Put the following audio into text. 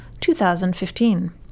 2015